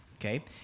okay